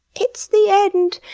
it's the end!